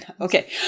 okay